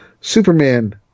Superman